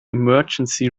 emergency